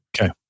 okay